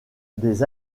des